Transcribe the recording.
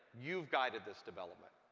you've guided this development.